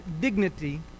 dignity